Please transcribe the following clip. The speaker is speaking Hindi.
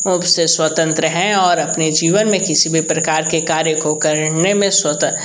प से स्वतंत्र हैं और अपने जीवन में किसी भी प्रकार के कार्य को करने मे स्वत